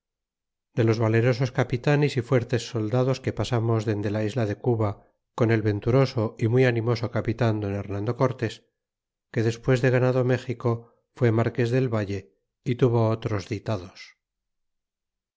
de los valerosos capitanes y fuertes soldados que pasamos dende la isla de cuba con el venturoso y muy animoso capitan don hernando cortés que desunes de ganado méxico fue marques del valle y tuvo otros ditados